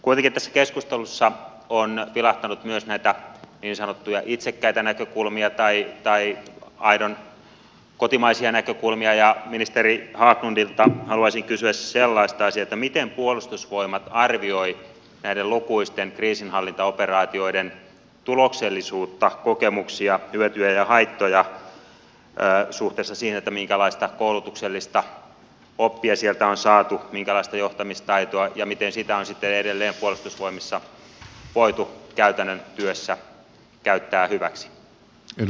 kuitenkin tässä keskustelussa on vilahtanut myös näitä niin sanottuja itsekkäitä näkökulmia tai aidon kotimaisia näkökulmia ja ministeri haglundilta haluaisin kysyä sellaista asiaa miten puolustusvoimat arvioi näiden lukuisten kriisinhallintaoperaatioiden tuloksellisuutta kokemuksia hyötyjä ja haittoja suhteessa siihen minkälaista koulutuksellista oppia sieltä on saatu minkälaista johtamistaitoa ja miten sitä on sitten edelleen puolustusvoimissa voitu käytännön työssä käyttää hyväksi